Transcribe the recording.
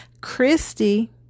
Christy